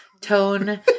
tone